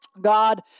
God